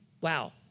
Wow